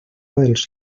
dels